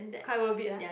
quite worth it lah